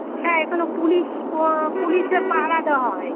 হ্যাঁ এখানে পুলিশ পুলিশে পাহারা দেওয়া হয়